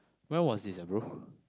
when was this ah bro